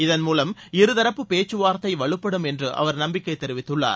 இதன் மூலம் இருதரப்பு பேச்சுவார்த்தைவலுப்படும் என்றுஅவர் நம்பிக்கைதெரிவித்துள்ளார்